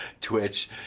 Twitch